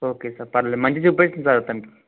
okay sir పర్లేదు మంచిగా చూపించండి సార్ అతనికి